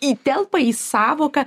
įtelpa į sąvoką